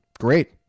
Great